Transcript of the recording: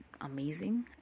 amazing